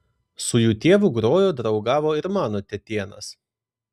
su jų tėvu grojo draugavo ir mano tetėnas